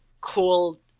cool